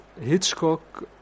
Hitchcock